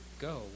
go